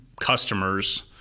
customers